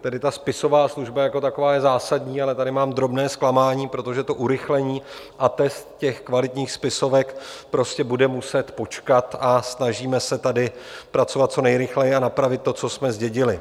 Tedy ta spisová služba jako taková je zásadní, ale tady mám drobné zklamání, protože to urychlení, atest těch kvalitních spisovek, prostě bude muset počkat a snažíme se tady pracovat co nejrychleji a napravit to, co jsme zdědili.